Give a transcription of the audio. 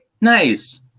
Nice